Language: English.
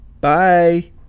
bye